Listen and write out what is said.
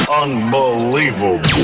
Unbelievable